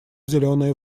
зеленые